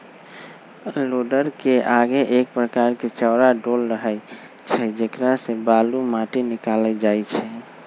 लोडरके आगे एक प्रकार के चौरा डोल रहै छइ जेकरा से बालू, माटि निकालल जाइ छइ